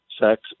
sex